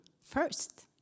first